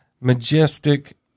majestic